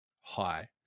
high